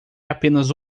apenas